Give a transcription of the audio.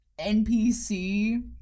NPC